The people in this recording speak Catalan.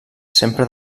sempre